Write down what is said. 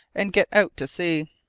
and get out to sea.